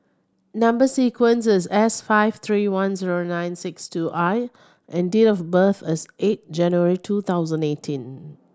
number sequence is S five three one zero nine six two I and date of birth is eight January two thousand eighteen